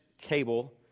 cable